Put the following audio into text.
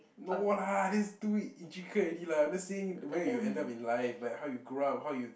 no lah that's too intricate already lah I'm just saying where you end up in life like how you grew up how you